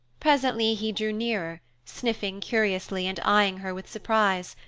presently he drew nearer, sniffing curiously and eyeing her with surprise.